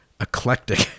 eclectic